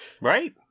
Right